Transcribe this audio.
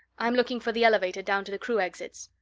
i'm looking for the elevator down to the crew exits.